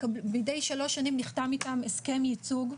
מדי שלוש שנים נחתם איתם הסכם ייצוב,